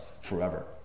forever